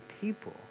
people